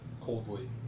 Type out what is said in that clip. Coldly